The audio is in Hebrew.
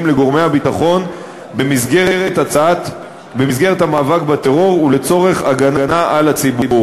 לגורמי הביטחון במסגרת המאבק בטרור ולצורך הגנה על הציבור.